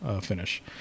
finish